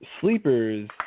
sleepers